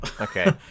Okay